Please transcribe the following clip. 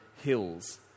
hills